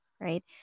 right